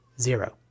zero